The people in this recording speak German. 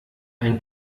ein